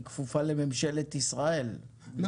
היא כפופה לממשלת ישראל,